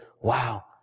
Wow